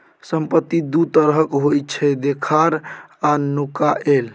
संपत्ति दु तरहक होइ छै देखार आ नुकाएल